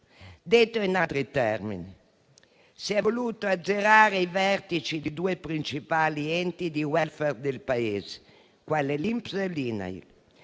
Detto in altri termini, si sono voluti azzerare i vertici dei due principali enti di *welfare* del Paese, quali sono l'INPS e l'INAIL,